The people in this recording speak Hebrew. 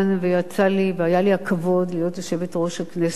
והיה לי הכבוד להיות יושבת-ראש הכנסת,